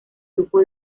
grupo